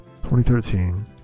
2013